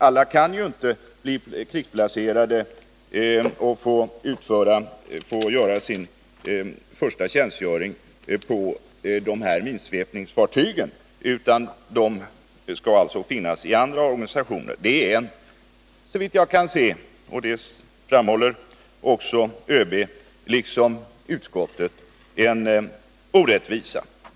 Alla kan inte bli krigsplacerade och få göra sin första tjänstgöring på de här minsvepningsfartygen, utan de skall alltså finnas i andra organisationer. Det är såvitt jag kan se — och det framhåller också ÖB liksom utskottet — en orättvisa.